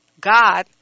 god